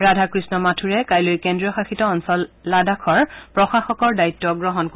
ৰাধাকৃষ্ণ মাথূৰে কাইলৈ কেন্দ্ৰীয় শাসিত অঞ্চল লাডাখৰ প্ৰশাসকৰ দায়িত্ গ্ৰহণ কৰিব